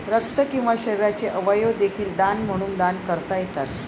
रक्त किंवा शरीराचे अवयव देखील दान म्हणून दान करता येतात